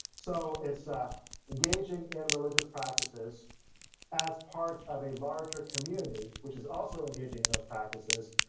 so, it's ah engaging in religious practices as part of a larger community, which is also engaging in those practices,